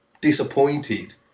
disappointed